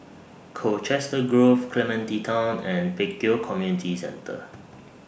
Colchester Grove Clementi Town and Pek Kio Community Centre